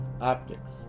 optics